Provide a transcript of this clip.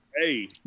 Hey